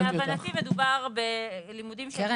להבנתי מדובר בלימודים -- קרן.